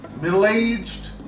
middle-aged